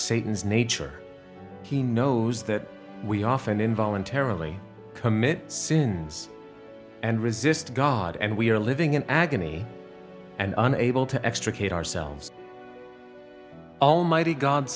satan's nature he knows that we often in voluntarily commit sins and resist god and we are living in agony and unable to extricate ourselves almighty god